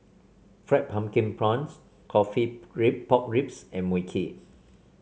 Fried Pumpkin Prawns coffee rib Pork Ribs and Mui Kee